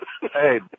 Hey